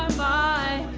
vi